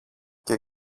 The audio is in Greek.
και